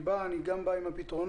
אני גם בא עם הפתרונות.